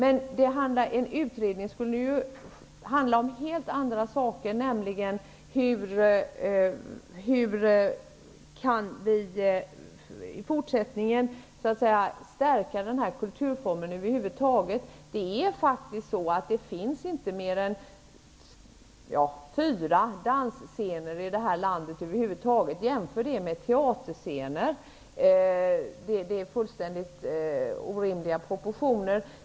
En utredning skulle handla om helt andra saker, nämligen hur vi i fortsättningen kan stärka denna kulturform över huvud taget. Det finns faktiskt inte mer än fyra dansscener i landet. Jämför det med antalet teaterscener! Det är fullständigt orimliga proportioner.